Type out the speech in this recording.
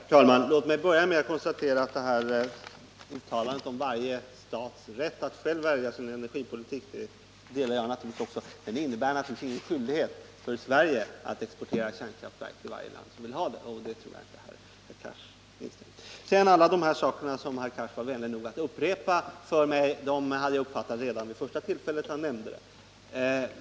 Herr talman! Låt mig börja med att konstatera att jag naturligtvis ställer mig bakom uttalandet om varje stats rätt att själv välja sin energipolitik, men det innebär givetvis ingen skyldighet för Sverige att exportera kärnkraftverk till varje land som vill ha det, och det tror jag inte herr Cars menar heller. Allt det som herr Cars var vänlig nog att upprepa för mig hade jag uppfattat redan vid det första tillfället.